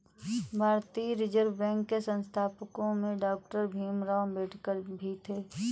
भारतीय reserve bank के संस्थापकों में डॉक्टर भीमराव अंबेडकर भी थे